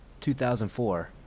2004